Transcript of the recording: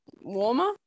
warmer